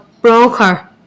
broker